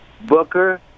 Booker